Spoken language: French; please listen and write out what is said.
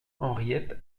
henriette